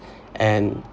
and